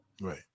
Right